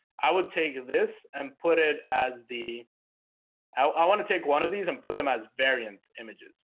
i would take this and put it as the i want to take one of these and put them as variant images,